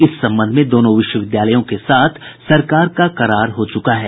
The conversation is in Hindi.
इस संबंध में दोनों विश्वविद्यालयों के साथ सरकार का करार हो चुका है